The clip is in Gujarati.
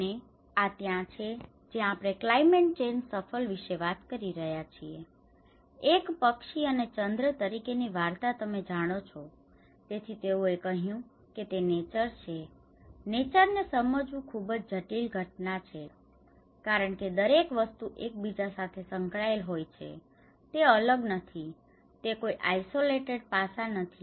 અને આ ત્યાં છે જ્યાં આપણે ક્લાયમેટ ચેન્જ સફલ વિશે વાત કરીએ છીએ એક પક્ષી અને ચંદ્ર તરીકે ની વાર્તા તમે જાણો છો તેથી તેઓએ કહ્યું કે તે નેચર છેનેચર ને સમજવું તે ખુબજ જટિલ ઘટના છે કારણ કે દરેક વસ્તુ એકબીજા સાથે સંકળાયેલ હોય છે તે અલગ નથી તે કોઈ આઇસોલેટેડ પાસા નથી